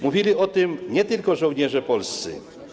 Mówili o tym nie tylko żołnierze polscy.